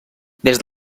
des